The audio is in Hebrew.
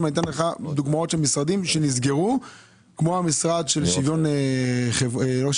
אני יכול לתת לך דוגמאות של משרדים שנסגרו כמו המשרד לשוויון קהילתי,